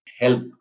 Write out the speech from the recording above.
help